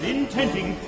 intending